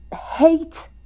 hate